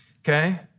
okay